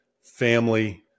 family